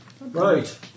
Right